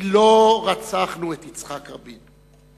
כי לא רצחנו את יצחק רבין.